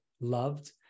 loved